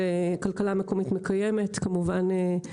אבל מה